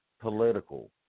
political